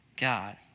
God